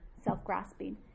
self-grasping